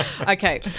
Okay